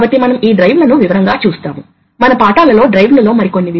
కాబట్టి ఖచ్చితంగా ఇది ఇక్కడ జరుగుతుంది